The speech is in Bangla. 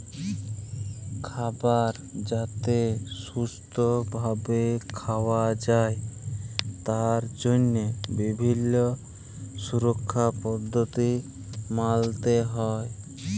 খাবার যাতে সুস্থ ভাবে খাওয়া যায় তার জন্হে বিভিল্য সুরক্ষার পদ্ধতি মালতে হ্যয়